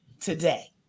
today